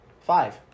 Five